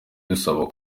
dusaba